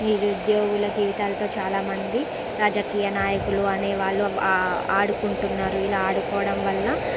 నిరుద్యోగుల జీవితాలతో చాలా మంది రాజకీయ నాయకులు అనేవాళ్ళు ఆడుకుంటున్నారు ఇలా ఆడుకోవడం వల్ల